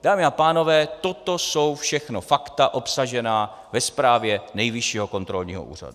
Dámy a pánové, toto jsou všechno fakta obsažená ve zprávě Nejvyššího kontrolního úřadu.